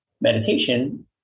meditation